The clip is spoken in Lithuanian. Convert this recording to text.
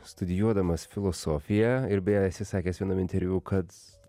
studijuodamas filosofiją ir beje esi sakęs vienam interviu kad